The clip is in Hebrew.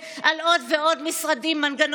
כמה עולה שר בממשלה בשנה?